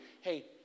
hey